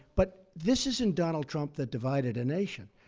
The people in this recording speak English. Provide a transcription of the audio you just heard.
but this isn't donald trump that divided a nation.